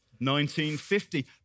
1950